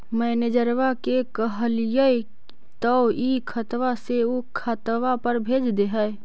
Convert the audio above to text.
मैनेजरवा के कहलिऐ तौ ई खतवा से ऊ खातवा पर भेज देहै?